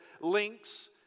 links